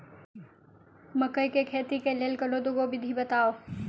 मकई केँ खेती केँ लेल कोनो दुगो विधि बताऊ?